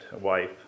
wife